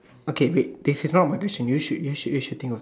okay wait they should not my question you should you should you should think of this